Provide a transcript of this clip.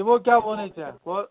تِمو کیاہ وۄنٕے ژےٚ